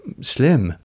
slim